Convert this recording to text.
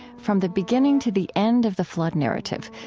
from the beginning to the end of the flood narrative,